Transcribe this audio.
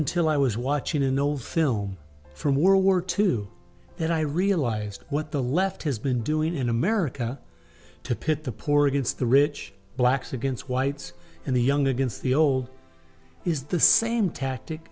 until i was watching an old film from world war two that i realized what the left has been doing in america to pit the poor against the rich blacks against whites and the young against the old is the same tactic